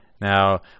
Now